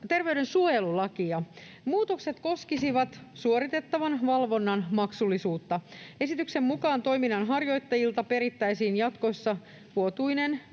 terveydensuojelulakia. Muutokset koskisivat suoritettavan valvonnan maksullisuutta. Esityksen mukaan toiminnanharjoittajilta perittäisiin jatkossa vuotuinen